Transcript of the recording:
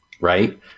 right